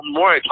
more